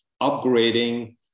upgrading